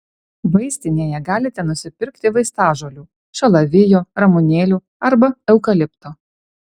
vaistinėje galite nusipirkti vaistažolių šalavijo ramunėlių arba eukalipto